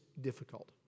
difficult